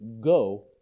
go